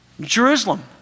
Jerusalem